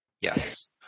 Yes